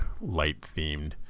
light-themed